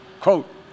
Quote